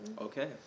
Okay